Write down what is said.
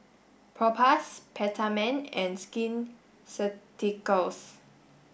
Propass Peptamen and Skin Ceuticals